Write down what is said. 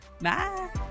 bye